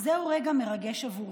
רגע מרגש בעבורי,